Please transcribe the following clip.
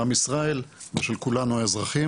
עם ישראל ושל כולנו האזרחים.